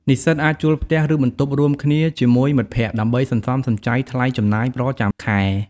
និស្សិតអាចជួលផ្ទះ ឬបន្ទប់រួមគ្នាជាមួយមិត្តភក្តិ ដើម្បីសន្សំសំចៃថ្លៃចំណាយប្រចាំខែ។